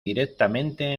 directamente